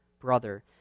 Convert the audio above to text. brother